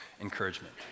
encouragement